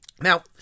Now